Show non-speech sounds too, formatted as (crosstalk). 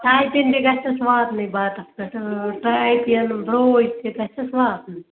(unintelligible) تہِ گژھٮ۪س واتنُے بَتَس پٮ۪ٹھ (unintelligible) برٛوچ تہِ گژھٮ۪س واتنُے